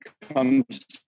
comes